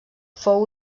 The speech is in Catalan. fou